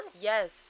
Yes